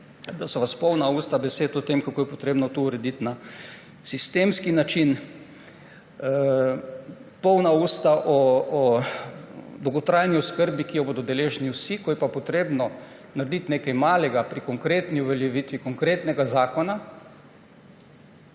je treba poskrbeti za starejše, kako je treba to urediti na sistemski način, polna usta o dolgotrajni oskrbi, ki jo bodo deležni vsi, ko je pa treba narediti nekaj malega pri konkretni uveljaviti konkretnega zakona,